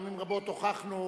פעמים רבות הוכחנו,